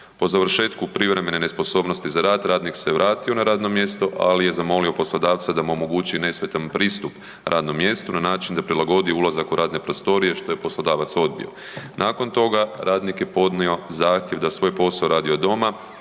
Po završetku privremene nesposobnosti za rad, radnik se vratio na radno mjesto, ali je zamolio poslodavca za da mu omogući nesmetan pristup radnom mjestu na način da prilagodi ulazak u radne prostorije, što je poslodavac odbio. Nakon toga radnik je podnio zahtjev da svoj posao radi od doma,